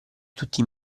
tutti